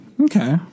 Okay